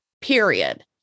period